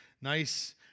nice